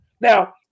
Now